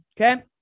Okay